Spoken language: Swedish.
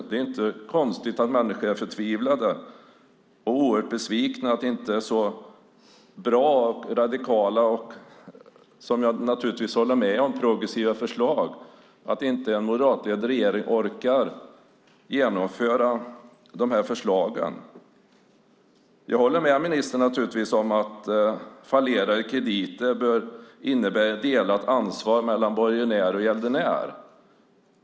Det är inte konstigt att människor är förtvivlade och oerhört besvikna över att det inte är så bra och radikala och, som jag naturligtvis håller med om, progressiva förslag. En moderatledd regering orkar inte genomföra de här förslagen. Jag håller naturligtvis med ministern om att fallerade krediter bör innebära ett delat ansvar mellan borgenär och gäldenär.